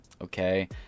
Okay